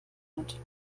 hat